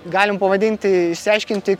galim pavadinti išsiaiškinti